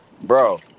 Bro